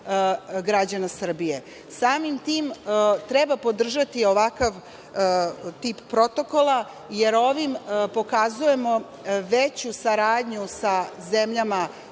građana Srbije. Samim tim, treba podržati ovakav tip protokola, jer ovim pokazujemo veću saradnju sa zemljama